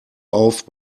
auf